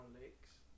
Lakes